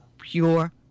pure